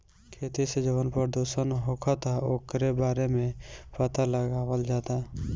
खेती से जवन प्रदूषण होखता ओकरो बारे में पाता लगावल जाता